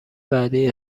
بعدی